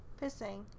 pissing